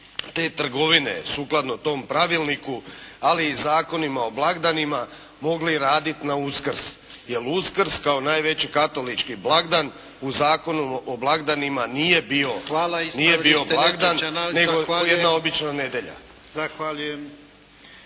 te trgovine sukladno tom pravilniku, ali i zakonima o blagdanima raditi na Uskrs, jer Uskrs kao najveći katolički blagdan u Zakonu o blagdanu nije bio blagdan, nego jedna obična nedjelja.